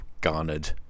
garnered